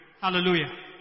Hallelujah